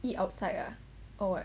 eat outside ah or what